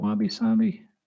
Wabi-sabi